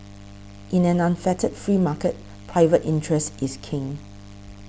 in an unfettered free market private interest is king